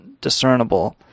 discernible